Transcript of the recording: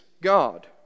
God